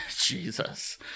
Jesus